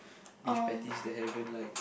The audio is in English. beef patties that haven't like